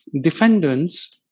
defendants